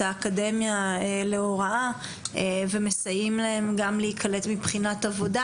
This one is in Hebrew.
האקדמיה להוראה ומסייעים להם גם להיקלט כאן מבחינת עבודה.